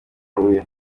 huye